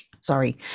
sorry